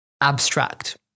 abstract